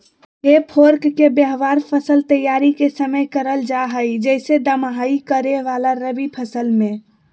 हे फोर्क के व्यवहार फसल तैयारी के समय करल जा हई, जैसे दमाही करे वाला रवि फसल मे